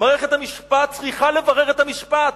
מערכת המשפט צריכה לברר את המשפט.